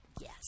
Yes